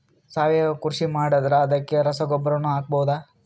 ಸಾವಯವ ಕೃಷಿ ಮಾಡದ್ರ ಅದಕ್ಕೆ ರಸಗೊಬ್ಬರನು ಹಾಕಬಹುದಾ?